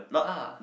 ah